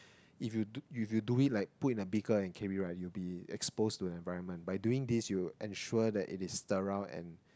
if you do if you do it like put in a beaker and carry right you be exposed to the environment by doing this you ensure that it is sterile and